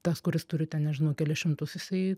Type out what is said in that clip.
tas kuris turi ten nežinau kelis šimtus jisai